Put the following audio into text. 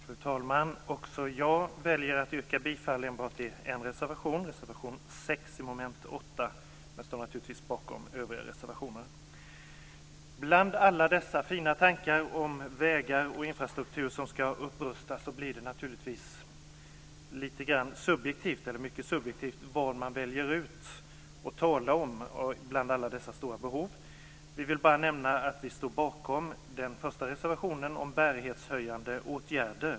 Fru talman! Också jag väljer att yrka bifall till enbart en reservation, reservation 6 under mom. 8. Jag står naturligtvis bakom övriga reservationer. Bland alla dessa fina tankar om vägar och infrastruktur och behovet av upprustning blir det naturligtvis mycket subjektivt vad man väljer ut att tala om. Jag vill bara nämna att vi står bakom den första reservationen, om bärighetshöjande åtgärder.